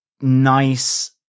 nice